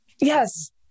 Yes